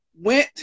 Went